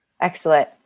Excellent